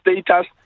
status